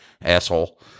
asshole